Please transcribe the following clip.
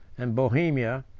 and bohemia,